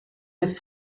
met